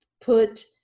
put